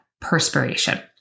perspiration